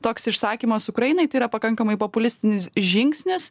toks išsakymas ukrainai tai yra pakankamai populistinis žingsnis